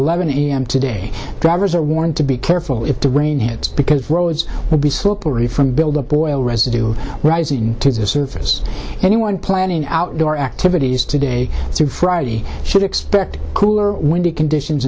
eleven am today drivers are warned to be careful if the rain hits because roads will be slippery from build up oil residue rising to the surface anyone planning outdoor activities today through friday should expect cooler windy conditions